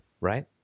right